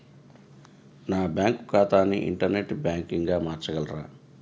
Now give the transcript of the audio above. నా బ్యాంక్ ఖాతాని ఇంటర్నెట్ బ్యాంకింగ్గా మార్చగలరా?